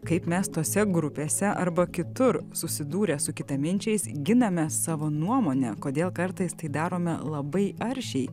kaip mes tose grupėse arba kitur susidūrę su kitaminčiais giname savo nuomonę kodėl kartais tai darome labai aršiai